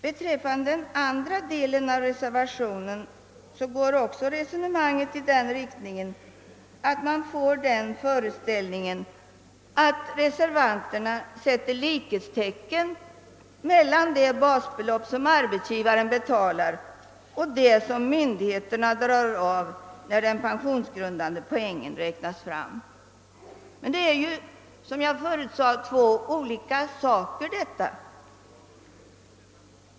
Beträffande den andra delen av reservationen finner man att resonemanget också här går i sådan riktning, att man får den föreställningen att reservanterna sätter likhetstecken mellan det basbelopp som arbetsgivaren betalar och det som myndigheterna drar av när den pensionsgrundande poängen räknas fram. Som jag tidigare framhållit rör det sig om två olika saker.